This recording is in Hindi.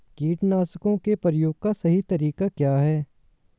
कीटनाशकों के प्रयोग का सही तरीका क्या है?